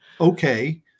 okay